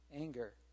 anger